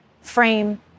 frame